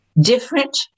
different